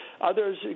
Others